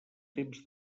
temps